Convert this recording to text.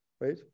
right